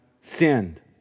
sinned